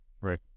Right